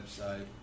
website